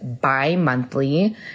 bi-monthly